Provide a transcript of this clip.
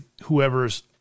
whoever's